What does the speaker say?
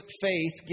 faith